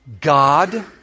God